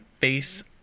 face